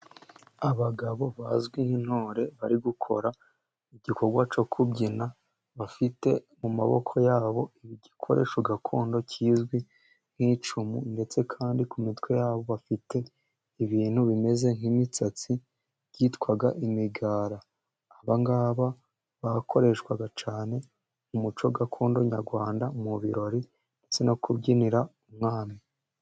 Abagabo bazwi nk'intore bari gukora igikorwa cyo kubyina, bafite mu maboko yabo igikoresho gakondo kizwi nk'icumu, ndetse kandi ku mitwe yabo bafite ibintu bimeze nk'imisatsi byitwa imigara, aba ngaba bakoreshwaga cyane mu muco gakondo Nyarwanda mu birori, ndetse no kubyinira umwami.